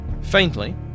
Faintly